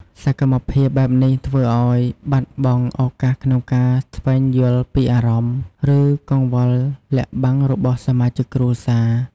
សកម្មភាពបែបនេះធ្វើអោយបាត់បង់ ឱកាសក្នុងការស្វែងយល់ពីអារម្មណ៍ ឬកង្វល់លាក់កំបាំងរបស់សមាជិកគ្រួសារ។